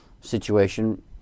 situation